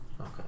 Okay